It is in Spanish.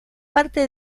parte